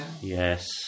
Yes